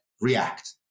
React